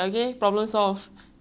just find a rich lawyer